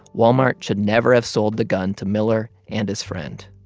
walmart should never have sold the gun to miller and his friend.